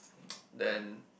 then